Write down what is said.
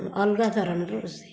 ଅଲଗା ଧରଣର ରୋଷେଇ